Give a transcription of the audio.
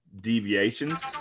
deviations